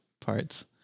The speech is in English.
parts